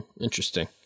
Interesting